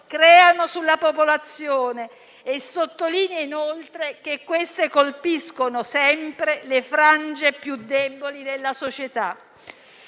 creano sulla popolazione e sottolinea, inoltre, che queste colpiscono sempre le frange più deboli della società.